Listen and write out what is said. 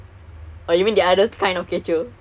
I don't prefer kecoh